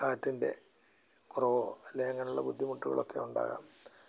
കാറ്റിൻ്റെ കുറവോ അല്ലെ അങ്ങനെയുള്ള ബുദ്ധിമുട്ടുകളൊക്കെ ഉണ്ടാകാം